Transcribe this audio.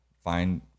find